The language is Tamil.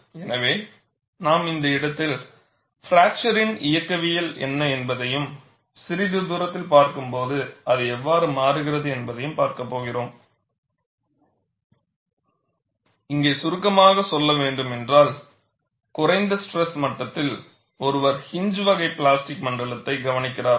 எனவே நாம் இந்த இடத்தில் ஃப்ரக்சரின் இயக்கவியல் என்ன என்பதையும் சிறிது தூரத்தில் பார்க்கும்போது அது எவ்வாறு மாறுகிறது என்பதையும் பார்க்கப் போகிறோம் இங்கே சுருக்கமாக சொல்ல வேண்டுமென்றால் குறைந்த ஸ்ட்ரெஸ் மட்டத்தில் ஒருவர் ஹிஞ் வகை பிளாஸ்டிக் மண்டலத்தைக் கவனிக்கிறார்